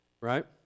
right